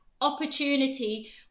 opportunity